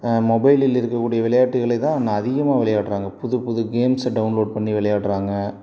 மொபைலில் இருக்கக்கூடிய விளையாட்டுகளை தான் அவங்க அதிகமாக விளையாடுறாங்க புதுப்புது கேம்ஸை டவுன்லோட் பண்ணி விளையாடுறாங்க